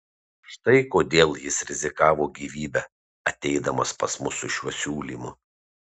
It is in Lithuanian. štai kodėl jis rizikavo gyvybe ateidamas pas mus su šiuo siūlymu